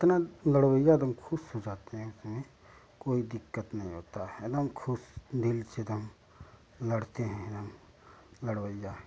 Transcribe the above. इतना लड़वाइया लोग ख़ुश हो जाते हैं कोई कोई दिक़्क़त नहीं होती एक दम ख़ुश दिल से एक दम लड़ते हैं एक दम लड़वइया